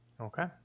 Okay